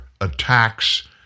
attacks